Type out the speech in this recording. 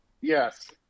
Yes